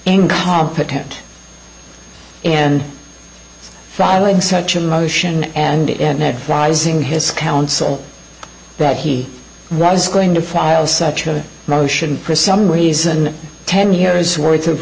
incompetent and riling such a motion and in advising his counsel that he was going to file such a motion for some reason ten years worth of